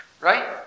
Right